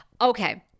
Okay